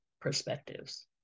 perspectives